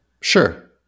Sure